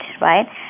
right